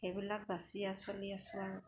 সেইবিলাক বাচি আৰু চলি আছোঁ আৰু